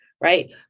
right